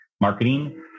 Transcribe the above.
marketing